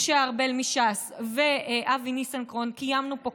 משה ארבל מש"ס ואבי ניסנקורן קיימנו פה